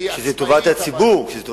כשזה לטובת הציבור.